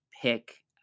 pick